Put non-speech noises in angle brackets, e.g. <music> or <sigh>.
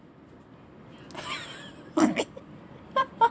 <laughs>